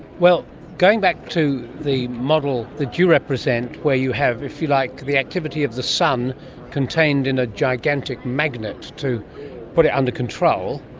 going back to the model that you represent where you have, if you like, the activity of the sun contained in a gigantic magnet to put it under control,